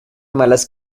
malas